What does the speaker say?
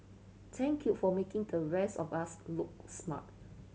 thank you for making the rest of us look smart